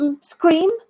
scream